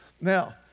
Now